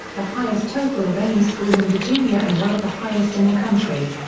the highest total of any school in virginia and one of the highest in the country.